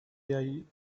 young